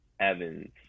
evans